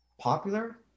popular